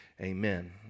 amen